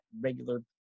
Regular